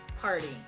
party